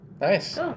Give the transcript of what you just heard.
Nice